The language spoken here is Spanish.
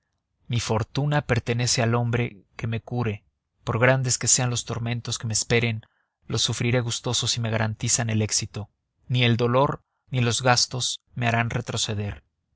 mi fortuna pertenece al hombre que me cure por grandes que sean los tormentos que me esperen los sufriré gustoso si me garantizan el éxito ni el dolor ni los gastos me harán retroceder